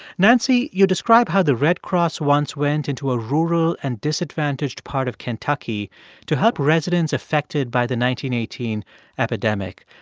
nancy, you describe how the red cross once went into a rural and disadvantaged part of kentucky to help residents affected by the one eighteen epidemic.